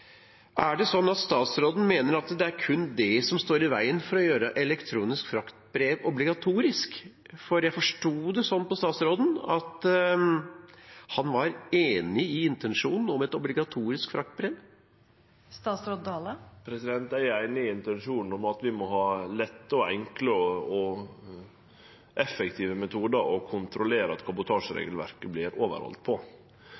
Er det sånn at statsråden mener at det kun er det som står i veien for å gjøre elektronisk fraktbrev obligatorisk? Jeg forsto det sånn på statsråden at han var enig i intensjonen om et obligatorisk fraktbrev. Eg er einig i intensjonen om at vi må ha lette, enkle og effektive metodar for å kontrollere at